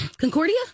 Concordia